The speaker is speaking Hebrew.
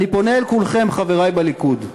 אני פונה אל כולכם, חברי בליכוד: